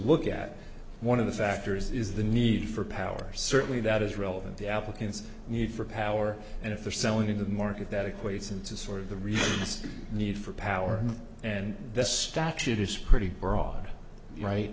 look at one of the factors is the need for power certainly that is relevant the applicant's need for power and if they're selling into the market that equates into sort of the real estate need for power and this statute is pretty broad right